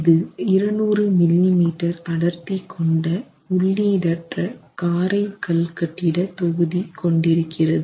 இது 200 மில்லிமீட்டர் அடர்த்தி கொண்ட உள்ளீடற்ற காரை கல் கட்டிட தொகுதி கொண்டிருக்கிறது